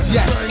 Yes